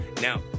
Now